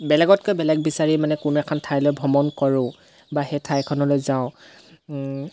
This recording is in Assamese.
বেলেগতকৈ বেলেগ বিচাৰি মানে কোনো এখন ঠাইলৈ ভ্ৰমণ কৰোঁ বা সেই ঠাইখনলৈ যাওঁ